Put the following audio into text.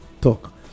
talk